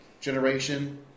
generation